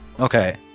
Okay